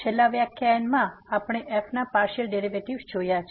તેથી છેલ્લા વ્યાખ્યાનમાં આપણે f ના પાર્સીઅલ ડેરીવેટીવ જોયા છે